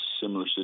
similar